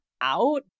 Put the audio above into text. out